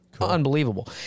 Unbelievable